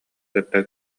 кытта